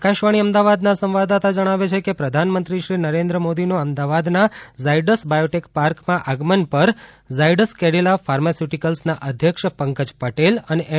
આકાશવાણી અમદાવાદના સંવાદદાતા જણાવે છે કે પ્રધાનમંત્રી શ્રી નરેન્દ્ર મોદીનું અમદાવાદના ઝાયડસ બાયોટેક પાર્કમાં આગમન પર ઝાયડસ કેડીલા ફાર્માસ્યુટીકલ્સના અધ્યક્ષ પંકજ પટેલ અને એમ